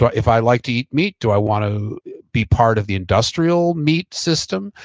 but if i like to eat meat, do i want to be part of the industrial meat system?